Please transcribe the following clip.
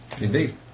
Indeed